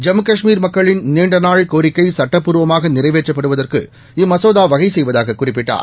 ஜம்மு காஷ்மீர் மக்களின் நீண்டநாள் கோரிக்கை சுட்டபூர்வமாக நிறைவேற்றப்படுவதற்கு இம்மசோதா வகை செய்வதாக குறிப்பிட்டார்